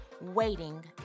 waiting